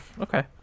Okay